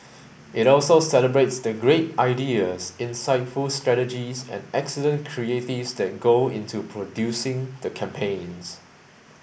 it also celebrates the great ideas insightful strategies and excellent creatives that go into producing the campaigns